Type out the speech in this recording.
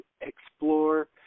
explore